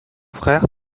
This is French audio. frère